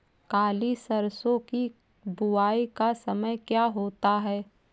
काली सरसो की बुवाई का समय क्या होता है?